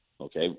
okay